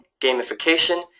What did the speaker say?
gamification